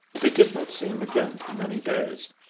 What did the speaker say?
they did not see him again for many days,